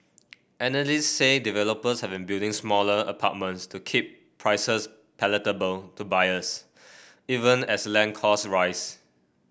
analysts say developers have been building smaller apartments to keep prices palatable to buyers even as land costs rise